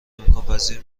امکانپذیر